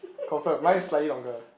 confirm my is slightly longer